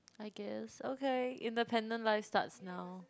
I guess okay independent life starts now